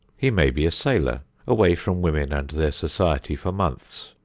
he may be a sailor away from women and their society for months,